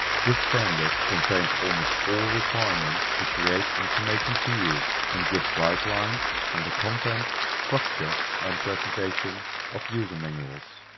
this standard contains almost all requirements to create information for use and gives guidelines on the content structure and presentation of user manuals.